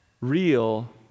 real